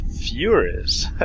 furious